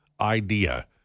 idea